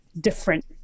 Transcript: different